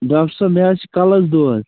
doctor صٲب مےٚ حظ چھُ کَلَس دود